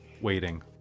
waiting